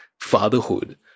fatherhood